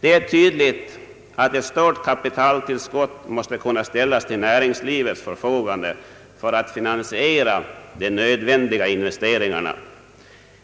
Det är tydligt att ett stort kapitaltillskott måste kunna ställas till näringslivets förfogande för att finansiera de nödvändiga investeringarna.